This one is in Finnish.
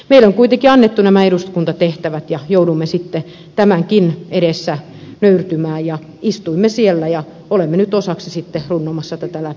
meille on kuitenkin annettu nämä eduskuntatehtävät ja jouduimme sitten tämänkin edessä nöyrtymään ja istuimme siellä ja olemme nyt osaksi sitten runnomassa tätä läpi